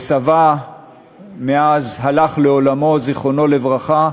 סבה הלך מאז לעולמו, זיכרונו לברכה,